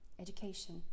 education